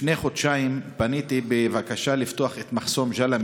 לפני חודשיים פניתי בבקשה לפתוח את מחסום ג'למה